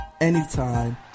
anytime